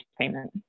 payment